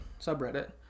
subreddit